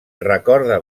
recorda